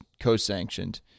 co-sanctioned